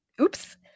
oops